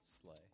Slay